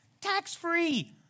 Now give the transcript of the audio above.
Tax-free